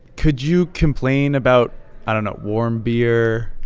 could you complain about i don't know warm beer?